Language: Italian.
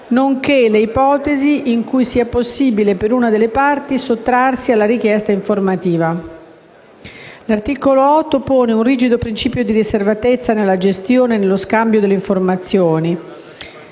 nonché le ipotesi in cui sia possibile per una delle parti sottrarsi alla richiesta informativa. L'articolo 8 pone un rigido principio di riservatezza nella gestione e nello scambio delle informazioni.